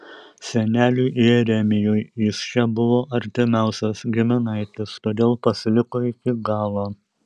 seneliui jeremijui jis čia buvo artimiausias giminaitis todėl pasiliko iki galo